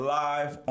live